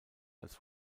als